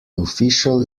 official